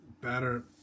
better